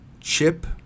chip